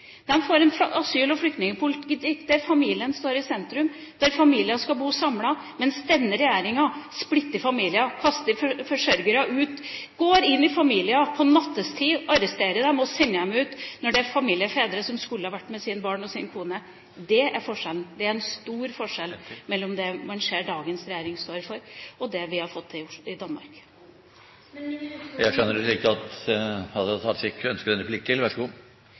dem og sender dem ut, når det er familiefedre som skulle vært sammen med sine barn og sin kone. Det er forskjellen. Det er en stor forskjell mellom det man ser at dagens regjering står for, og det vi har fått til i Danmark. Jeg skjønner det slik at Hadia Tajik ønsker en replikk til. Vær så god!